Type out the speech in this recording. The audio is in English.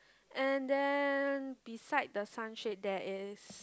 and then beside the sunshade there is